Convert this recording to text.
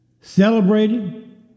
celebrated